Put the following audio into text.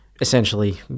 essentially